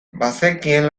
bazekien